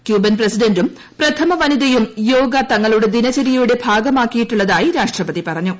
Cuban പ്രസിഡന്റും പ്രഥമ വനിതയും യോഗ തങ്ങളുടെ ദിനചര്യയുടെ ഭാഗമാക്കിയി ട്ടുള്ളതായി രാഷ്ട്രപതി പറഞ്ഞു